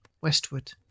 westward